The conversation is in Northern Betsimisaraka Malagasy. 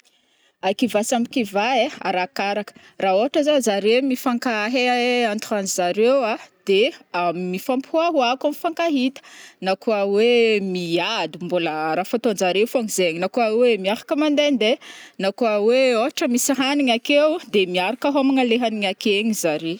kivà samy kivà ai arakaraka ra ôhatra zao zare mifankahai entre zareo a de a mifampioaoa koa mifankahita na koa oe miady mbola raha fataonjare fogna zegny na koa oe miaraka mandendeha na koa oe ôhatra misy hanigny akeo de miaraka homagna le hanigny ake igny zare.